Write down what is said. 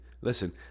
listen